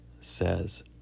says